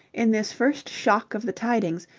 in this first shock of the tidings,